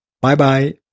Bye-bye